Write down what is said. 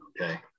okay